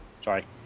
Sorry